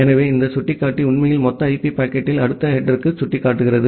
எனவே இந்த சுட்டிக்காட்டி உண்மையில் மொத்த ஐபி பாக்கெட்டில் அடுத்த ஹெடேர்க்கு சுட்டிக்காட்டுகிறது